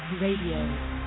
Radio